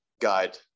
guide